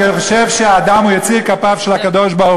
כי אני חושב שהאדם הוא יציר כפיו של הקדוש-ברוך-הוא,